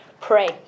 Pray